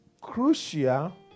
crucial